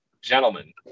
Gentlemen